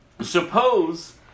suppose